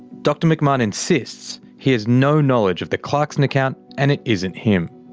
dr mcmahon insists he has no knowledge of the clarkson account and it isn't him